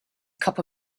cup